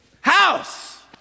house